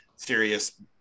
Serious